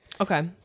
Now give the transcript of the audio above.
Okay